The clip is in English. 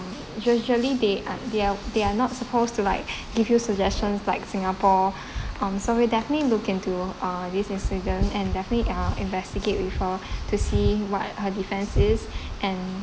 usually they are they are not supposed to like give you suggestion like singapore um so we definitely look into uh this incident and definitely ah investigate with her to see what her defence is